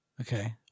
Okay